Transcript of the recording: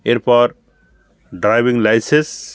এরপর driving licence